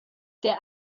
der